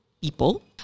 people